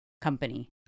company